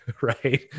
right